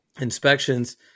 inspections